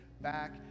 back